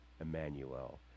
Emmanuel